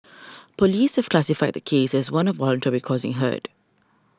police have classified the case as one of voluntarily causing hurt